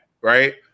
right